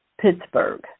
Pittsburgh